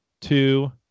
two